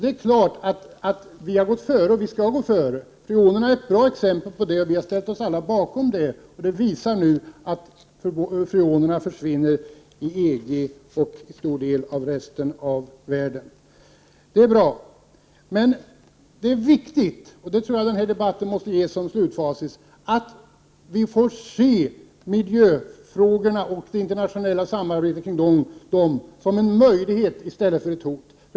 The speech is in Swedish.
Det är klart att vi har gått före, och vi skall gå före. Freonerna är ett bra exempel på det. Vi har alla ställt oss bakom det, och det visar sig nu att freonerna försvinner i EG och i en stor del av resten av världen. Det är bra. Men det är viktigt — och det tror jag den här debatten måste ge till resultat — att vi ser miljöfrågorna och det internationella samarbetet kring dem som en 27 möjlighet i stället för ett hot.